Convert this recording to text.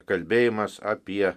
kalbėjimas apie